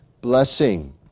blessing